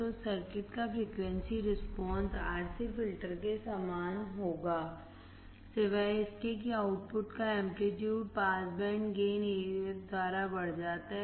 तो सर्किट का frequency response RC filter के समान होगा सिवाय इसके कि आउटपुट का amplitude pass band gain AF द्वारा बढ़ जाता है